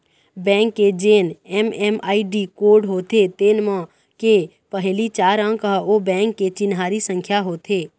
bank के जेन MMID code होथे तेन म के पहिली चार अंक ह ओ बेंक के चिन्हारी संख्या होथे